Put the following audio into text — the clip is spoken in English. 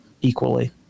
equally